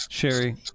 Sherry